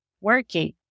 working